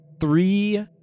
three